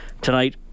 tonight